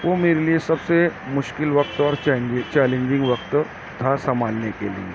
وہ میرے لیے سب سے مشکل وقت اور چینج چیلنجنگ وقت تھا سنبھالنے کے لیے